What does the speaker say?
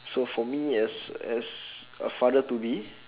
so for me as as a father to be